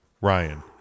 Ryan